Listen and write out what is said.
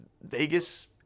Vegas